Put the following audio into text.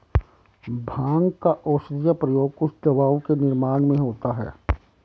भाँग का औषधीय प्रयोग कुछ दवाओं के निर्माण में होता है